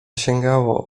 sięgało